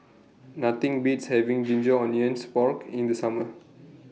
Nothing Beats having Ginger Onions Pork in The Summer